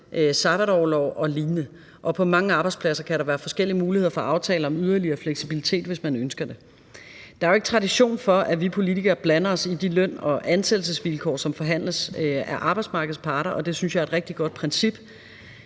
sabbatorlov og lignende, og på mange arbejdspladser kan der være forskellige muligheder for aftaler om yderligere fleksibilitet, hvis man ønsker det. Der er jo ikke tradition for, at vi politikere blander os i de løn- og ansættelsesvilkår, som forhandles af arbejdsmarkedets parter, og det synes jeg er et rigtig godt princip,